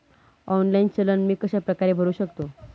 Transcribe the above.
Online चलन मी कशाप्रकारे भरु शकतो?